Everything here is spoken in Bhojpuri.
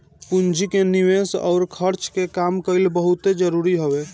पूंजी के निवेस अउर खर्च के काम कईल बहुते जरुरी हवे